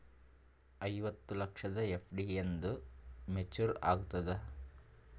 ಐವತ್ತು ಲಕ್ಷದ ಎಫ್.ಡಿ ಎಂದ ಮೇಚುರ್ ಆಗತದ?